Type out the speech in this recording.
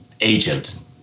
agent